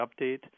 update